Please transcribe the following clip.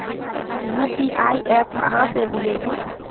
UPI app कहा से मिलेलु?